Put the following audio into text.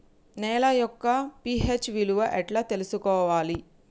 నేల యొక్క పి.హెచ్ విలువ ఎట్లా తెలుసుకోవాలి?